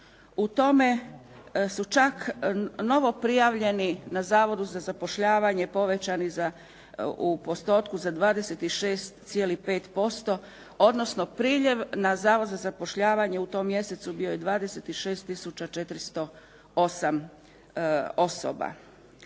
U tome su čak novo prijavljeni na zavodu za zapošljavanje povećani u postotku za 26,5% odnosno priljev na zavod za zapošljavanje u tom mjesecu bio je 26 tisuća 408 osoba.